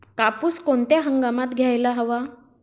कापूस कोणत्या हंगामात घ्यायला हवा?